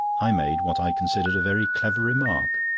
i made what i considered a very clever remark